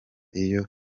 iyo